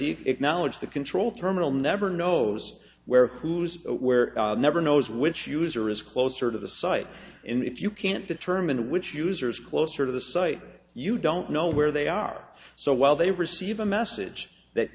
acknowledged the control terminal never knows where who's where never knows which user is closer to the site in the if you can't determine which users closer to the site you don't know where they are so while they receive a message that